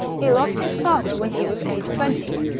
he lost his father when he was aged twenty,